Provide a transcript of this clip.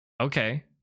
okay